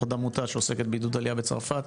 עוד עמותה שעוסקת בעידוד עלייה בצרפת,